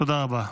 תודה רבה.